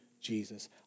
Jesus